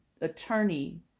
attorney